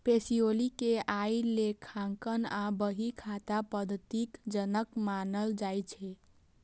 Pacioli कें आइ लेखांकन आ बही खाता पद्धतिक जनक मानल जाइ छै